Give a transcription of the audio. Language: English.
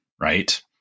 Right